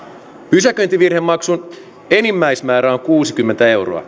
pysäköintivirhemaksun enimmäismäärä on kuusikymmentä euroa